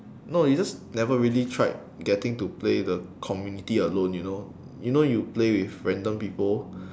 no you just never really tried getting to play the community alone you know you know you play with random people